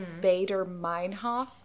Bader-Meinhof